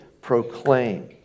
proclaim